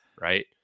Right